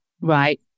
Right